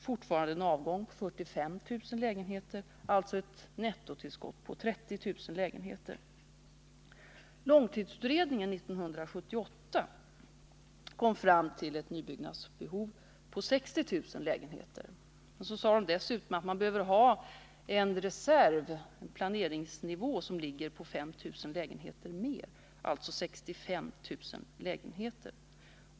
Fortfarande beräknades avgången till 45 000 lägenheter per år, och nettotillskottet på lägenheter blev alltså 30 000. Långtidsutredningen 1978 kom ram till ett nybyggnadsbehov på 60 000 lägenheter. Dessutom sade man att det behövdes en reserv, varför planeringsnivån borde ligga på 5 000 lägenheter mer, alltså 65 000 lägenheter per år.